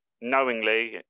knowingly